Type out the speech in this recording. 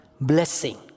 blessing